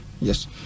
yes